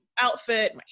outfit